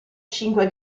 cinque